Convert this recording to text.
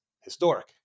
historic